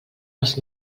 als